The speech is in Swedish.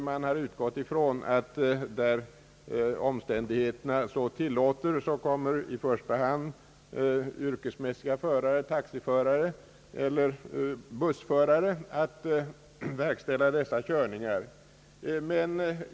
Man har utgått ifrån att där omständigheterna så tillåter kommer i första hand yrkesmässiga förare — taxiförare eller bussförare — att verkställa dessa körningar.